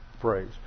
phrase